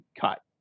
cut